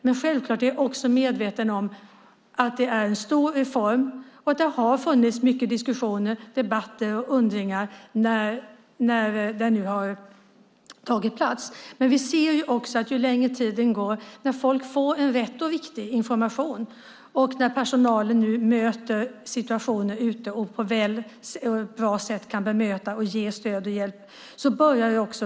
Men självklart är jag också medveten om att det är en stor reform och att det har funnits mycket diskussioner, debatter och undringar när det nu har kommit på plats. Men vi ser också att ju längre tiden går, desto starkare blir de positiva signalerna, när folk får rätt och riktig information och personalen kan bemöta människor på ett bra sätt och ge stöd och hjälp.